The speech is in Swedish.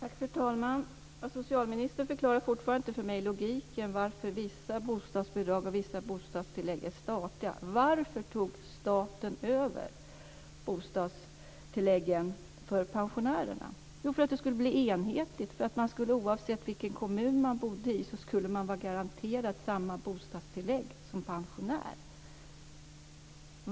Fru talman! Socialministern förklarar fortfarande inte logiken i att vissa bostadsbidrag och vissa bostadstillägg är statliga. Varför tog staten över bostadstilläggen för pensionärerna? Jo, för att det skulle bli enhetligt och för att man, oavsett vilken kommun man bodde i, skulle vara garanterad samma bostadstillägg som pensionär.